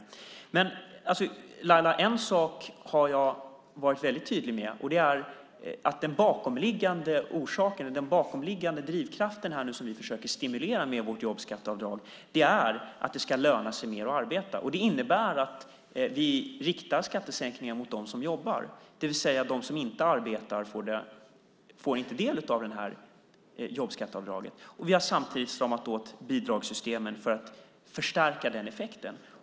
Men Laila, en sak har jag varit väldigt tydlig med, och det är att den bakomliggande orsak och drivkraft som vi försöker stimulera med vårt jobbskatteavdrag är att det ska löna sig mer att arbeta. Det innebär att vi riktar skattesänkningar mot dem som jobbar, det vill säga de som inte arbetar får inte del av jobbskatteavdraget. Vi har samtidigt stramat åt bidragssystemen för att förstärka den effekten.